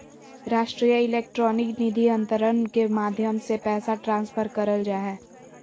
राष्ट्रीय इलेक्ट्रॉनिक निधि अन्तरण के माध्यम से पैसा ट्रांसफर करल जा हय